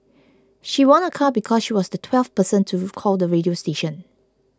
she won a car because she was the twelfth person to call the radio station